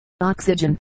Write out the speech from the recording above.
oxygen